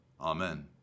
Amen